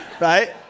Right